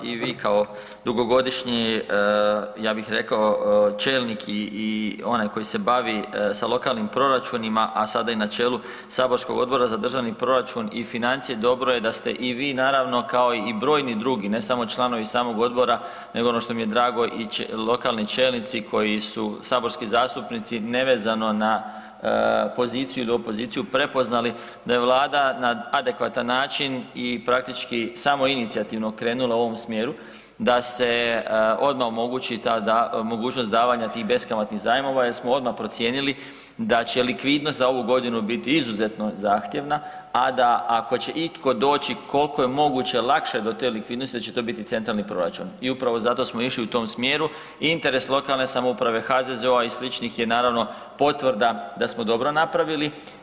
I vi kao dugogodišnji ja bih rekao, čelnik i onaj koji se bavi sa lokalnim proračunima, a sada i na čelu saborskog Odbora za državni proračun i financije, dobro je da ste i vi naravno, kao i brojni drugi, ne samo članovi samog odbora, nego ono što mi je drago, i lokalni čelnici koji su saborski zastupnici, nevezano na poziciju ili opoziciju, prepoznali da je Vlada na adekvatan način i praktički samoinicijativno krenula u ovom smjeru da se odmah omogući ta mogućnost davanja tih beskamatnih zajmova jer smo odmah procijenili da će likvidnost za ovu godinu biti izuzetno zahtjevna, a da ako će itko doći, koliko je moguće, lakše do te likvidnosti, da će to biti centralni proračun i upravo zato smo išli u tom smjeru, i interes lokalne samouprave, HZZO-a i sličnih je naravno, potvrda da smo dobro napravili.